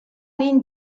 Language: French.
ligne